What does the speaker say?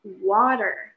water